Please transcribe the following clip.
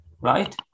right